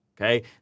okay